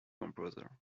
composer